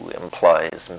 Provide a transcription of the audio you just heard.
implies